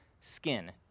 skin